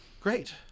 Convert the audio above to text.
Great